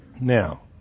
Now